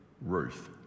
Ruth